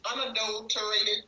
unadulterated